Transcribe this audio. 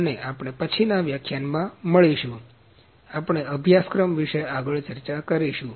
અને આપણે પછીનાં વ્યાખ્યાનમાં મળીશું આપણે અભ્યાસકમ વિષે આગળ ચર્ચા કરીશું